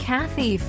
Kathy